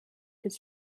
his